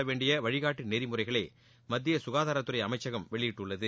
படவேண்டிய வழிகாட்டு நெறிமுறைகளை மத்திய சுகாதாரத்துறை அமைச்சகம் வெளியிட்டுள்ளது